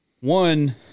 one